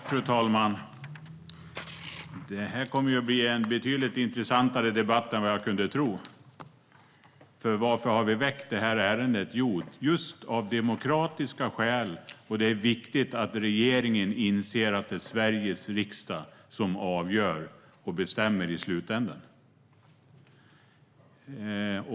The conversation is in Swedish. Fru talman! Det här kommer att bli en betydligt intressantare debatt än vad jag kunde tro. Varför har vi väckt detta ärende? Jo, just av demokratiska skäl. Det är viktigt att regeringen inser att det är Sveriges riksdag som avgör och bestämmer i slutändan.